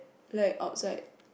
like outside